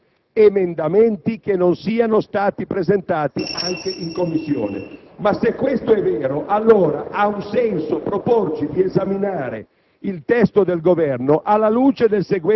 in Aula sono inammissibili emendamenti che non siano stati presentati anche in Commissione. Ma se questo è vero, allora ha un senso proporci di esaminare